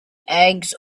eggs